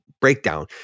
breakdown